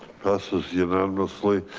passes unanimously,